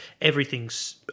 everything's